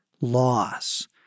loss